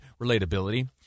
relatability